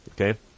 okay